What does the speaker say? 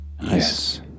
Yes